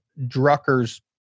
Drucker's